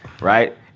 right